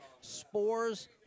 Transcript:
Spores